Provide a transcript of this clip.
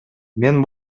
мен